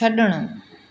छड॒णु